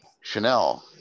chanel